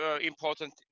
important